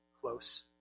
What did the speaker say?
close